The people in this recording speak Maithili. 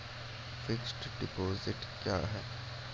फिक्स्ड डिपोजिट क्या हैं?